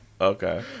Okay